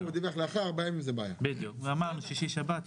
חישבנו את שישי- ושבת.